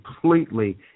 completely